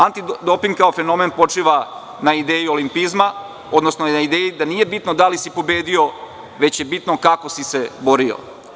Antidoping kao fenomen počiva na ideji olimpijizma, odnosno na ideji da nije bitno da li si pobedio, već je bitno kako si se borio.